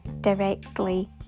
directly